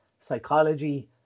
psychology